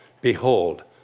Behold